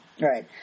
Right